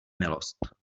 milost